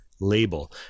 label